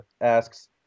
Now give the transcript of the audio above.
asks